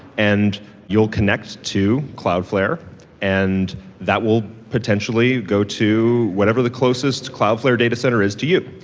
and you'll connect to cloudflare and that will potentially go to whatever the closest cloudflare data center is to you.